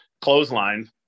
clothesline